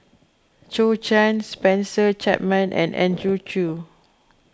Zhou Can Spencer Chapman and Andrew Chew